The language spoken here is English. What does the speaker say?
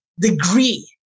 degree